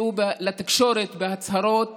יצאו לתקשורת בהצהרות